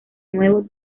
nuevo